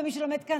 ומי שלומד כאן,